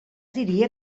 diria